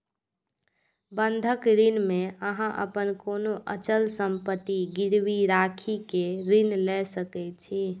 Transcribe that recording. बंधक ऋण मे अहां अपन कोनो अचल संपत्ति गिरवी राखि कें ऋण लए सकै छी